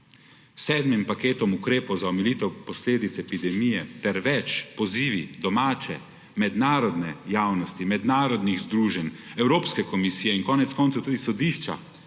sedmim paketom za omilitev posledic epidemije ter več pozivi domače, mednarodne javnosti, mednarodnih združenj, Evropske komisije in koneckoncev tudi sodišča,